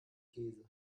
käse